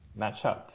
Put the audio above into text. matchup